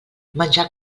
menjar